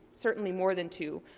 certainly more than two,